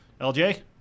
LJ